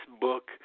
book